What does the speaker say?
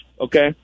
Okay